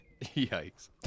Yikes